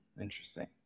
Interesting